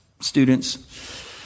students